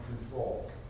control